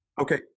Okay